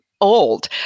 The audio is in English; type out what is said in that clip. old